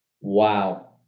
Wow